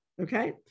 Okay